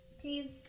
please